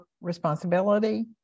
responsibility